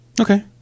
okay